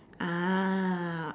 ah